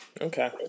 Okay